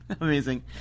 amazing